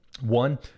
One